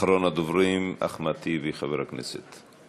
אחרון הדוברים, חבר הכנסת אחמד טיבי.